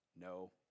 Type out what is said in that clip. No